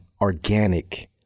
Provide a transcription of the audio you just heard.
organic